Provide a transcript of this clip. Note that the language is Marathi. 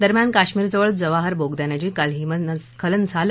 दरम्यान कश्मीरजवळ जवाहर बोगद्यानजीक काल हिमस्खलन झालं